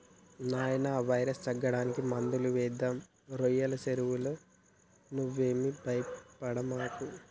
నాయినా వైరస్ తగ్గడానికి మందులు వేద్దాం రోయ్యల సెరువులో నువ్వేమీ భయపడమాకు